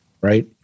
Right